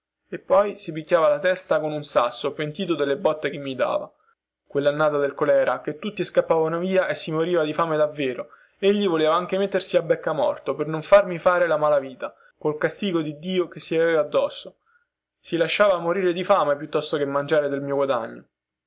e poi si picchiava la testa con un sasso pentito delle botte che mi dava quellannata del colèra che tutti scappavano via e si moriva di fame davvero egli voleva anche mettersi a beccamorto per non farmi fare la mala vita col castigo di dio che ci avevamo addosso si lasciava morire di fame piuttosto che mangiare del mio guadagno